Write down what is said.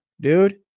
dude